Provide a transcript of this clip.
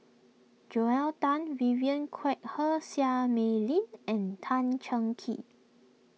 Joel Tan Vivien Quahe Seah Mei Lin and Tan Cheng Kee